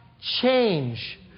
change